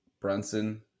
Brunson